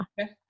okay